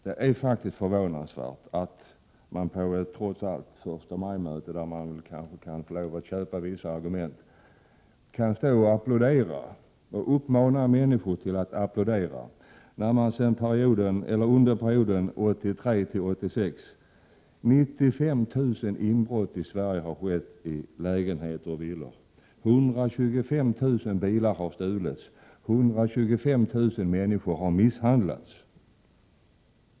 Det är faktiskt förvånansvärt att någon — även om det rör sig om ett förstamajmöte, där man kanske kan få lov att ”köpa” vissa argument — kan uppmana människor att applådera ett sådant här uttalande. Under perioden 1983-1986 har det i Sverige skett 95 000 inbrott i lägenheter och villor, 125 000 bilar har stulits och 125 000 människor har misshandlats.